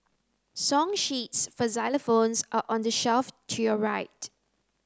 song sheets for xylophones are on the shelf to your right